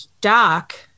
Doc